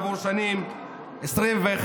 עבור השנים2021,